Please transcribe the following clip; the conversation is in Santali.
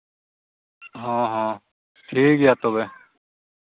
ᱦᱮᱸ ᱦᱮᱸ ᱴᱷᱤᱠ ᱜᱮᱭᱟ ᱛᱚᱵᱮ